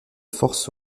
force